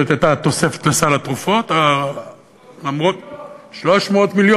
זאת הייתה התוספת לסל התרופות 300 מיליון.